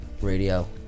Radio